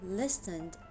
listened